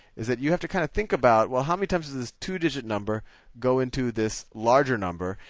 is that you have to kind of think about, well, how many times does this two-digit number go into this larger number?